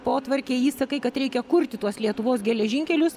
potvarkiai įsakai kad reikia kurti tuos lietuvos geležinkelius